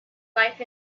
life